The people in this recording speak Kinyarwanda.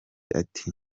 ati